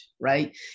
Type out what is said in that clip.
right